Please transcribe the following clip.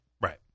Right